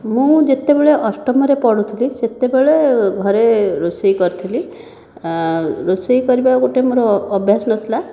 ମୁଁ ଯେତେବେଳେ ଅଷ୍ଟମରେ ପଢ଼ୁଥିଲି ସେତେବେଳେ ଘରେ ରୋଷେଇ କରିଥିଲି ରୋଷେଇ କରିବା ଗୋଟିଏ ମୋର ଅଭ୍ୟାସ ନଥିଲା